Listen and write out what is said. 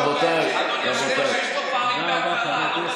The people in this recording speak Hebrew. רבותיי, הפערים בעמדות